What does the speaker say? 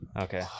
Okay